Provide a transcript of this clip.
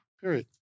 Period